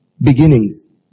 beginnings